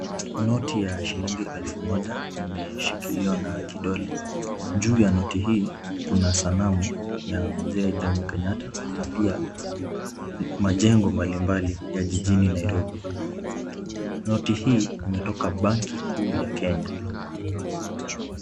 Noti ya shilingi elfu moja imeshikiliwa na kidole. Juu ya noti hii kuna sanamu ya Mzee Jomo Kenyatta na pia majengo mbalimbali ya jijini Nairobi. Noti hii imetoka banki kuu ya Kenya.